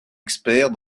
expert